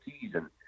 season